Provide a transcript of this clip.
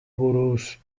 buruz